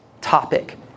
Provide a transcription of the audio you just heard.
topic